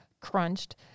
crunched